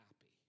happy